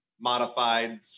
Modified